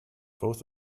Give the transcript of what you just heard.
both